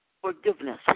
forgiveness